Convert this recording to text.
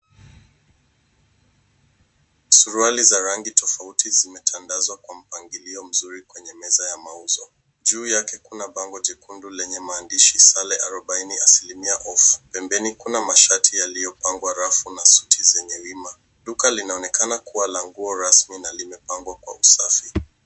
Suruali za rangi tofauti zimetandazwa kwa mpangilio mzuri kwenye meza ya mauzo. Juu yake kuna bango lenye maandishi arobaini asilimia ofa. Pembeni kuna mashati yaliyopangwa, rafu na suti zenye wima. Duka linaonekana kuwa la nguo rasmi na limepangwa kwa usafi.